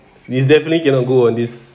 this definitely cannot go on this